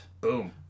Boom